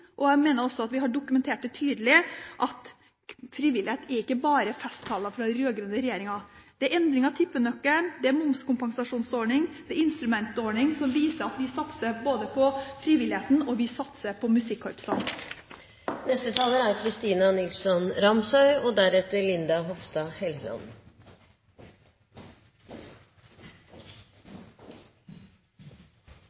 at jeg mener det er helt feil – og jeg mener vi også har dokumentert det tydelig – at frivillighet ikke bare er festtaler fra den rød-grønne regjeringen, men det er endring av tippenøkkelen, det er momskompensasjonsordning, og det er en instrumentordning, som viser at vi satser både på frivilligheten og på